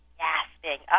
gasping